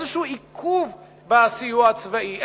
איזשהו עיכוב בסיוע הצבאי,